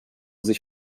sich